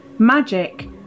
Magic